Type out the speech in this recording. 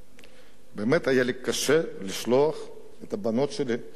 באמת היה לי קשה לשלוח את הבנות שלי לצבא.